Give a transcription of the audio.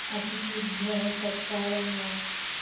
अतिथिभ्यः सत्कारं वा